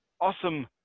awesome